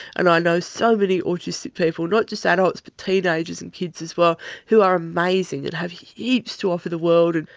and i know so many autistic people, not just adults but teenagers and kids as well who are amazing and have heaps to offer the world. and